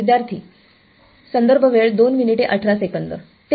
विद्यार्थीः ते